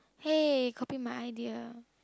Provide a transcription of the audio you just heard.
hey copy my idea